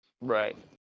right